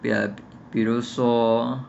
uh 比如说